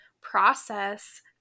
process